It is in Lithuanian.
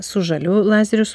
su žaliu lazerius